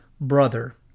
brother